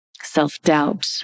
Self-doubt